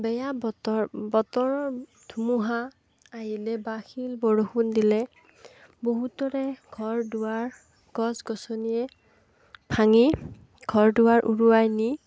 বেয়া বতৰ বতৰৰ ধুমুহা আহিলে বা শিল বৰষুণ দিলে বহুতৰে ঘৰ দুৱাৰ গছ গছনিয়ে ভাঙি ঘৰ দুৱাৰ উৰুৱাই নি